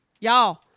y'all